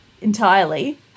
entirely